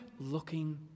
Looking